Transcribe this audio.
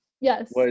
yes